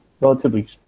relatively